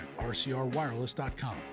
rcrwireless.com